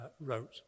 wrote